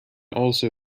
also